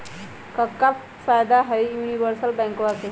क्का फायदा हई यूनिवर्सल बैंकवा के?